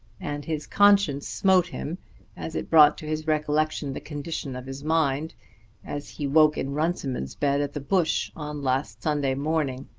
and his conscience smote him as it brought to his recollection the condition of his mind as he woke in runciman's bed at the bush on last sunday morning.